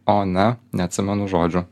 o ne neatsimenu žodžių